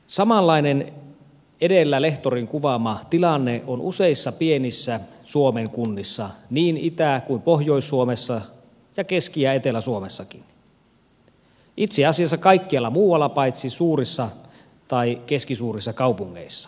samanlainen kuin lehtorin edellä kuvaama tilanne on useissa pienissä suomen kunnissa niin itä kuin pohjois suomessa ja keski ja etelä suomessakin itse asiassa kaikkialla muualla paitsi suurissa tai keskisuurissa kaupungeissa